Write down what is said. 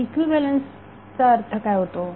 इक्विव्हॅलेन्सचा काय अर्थ होतो